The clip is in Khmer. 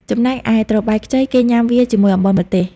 ចំណែកឯត្របែកខ្ចីគេញាំវាជាមួយអំបិលម្ទេស។